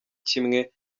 kimwe